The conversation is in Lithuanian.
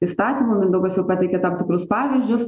įstatymų mindaugas jau pateikė tam tikrus pavyzdžius